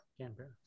Canberra